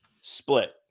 Split